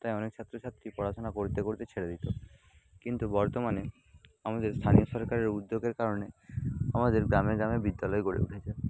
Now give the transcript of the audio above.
তাই অনেক ছাত্র ছাত্রী পড়াশুনা করতে করতে ছেড়ে দিত কিন্তু বর্তমানে আমাদের স্থানীয় সরকারের উদ্যোগের কারণে আমাদের গ্রামে গ্রামে বিদ্যালয় গড়ে উঠেছে